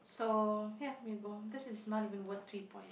so ya you go this is not even worth three point